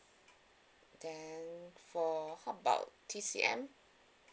then for how about T_C_M